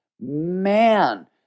man